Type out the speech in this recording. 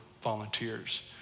volunteers